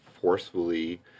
forcefully